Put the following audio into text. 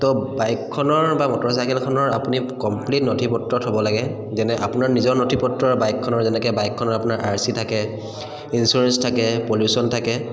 তো বাইকখনৰ বা মটৰচাইকেলখনৰ আপুনি কমপ্লিট নথিপত্ৰ থ'ব লাগে যেনে আপোনাৰ নিজৰ নথিপত্ৰৰ বাইকখনৰ যেনেকৈ বাইকখনৰ আপোনাৰ আৰ চি থাকে ইঞ্চুৰেঞ্চ থাকে পলিউশ্যন থাকে